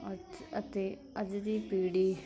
ਅੱਜ ਅਤੇ ਅੱਜ ਦੀ ਪੀੜ੍ਹੀ